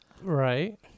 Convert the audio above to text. right